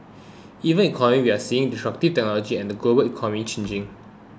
even economically we're seeing destructive technologies and the global economy changing